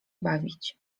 bawić